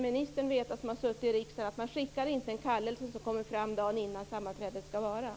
Ministern, som har suttit i riksdagen, borde veta att man inte skickar en kallelse som kommer fram dagen innan sammanträdet skall hållas.